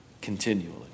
continually